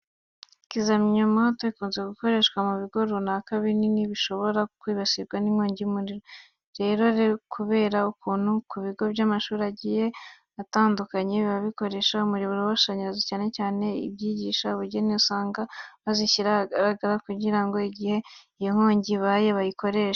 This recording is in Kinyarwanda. Kizimyamoto ikunze gukoreshwa mu bigo runaka binini biba bishobora kwibasirwa n'inkongi y'umuriro. Rero kubera ukuntu ku bigo by'amashuri agiye atandukanye biba bikoresha umuriro w'amashyanyarazi cyane cyane ibyigisha ubugeni, usanga bazishyira ahagaragara kugira ngo igihe iyo nkongi ibaye bayikoreshe.